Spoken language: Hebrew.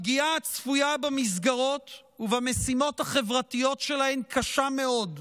הפגיעה הצפויה במסגרות ובמשימות החברתיות שלהן קשה מאוד,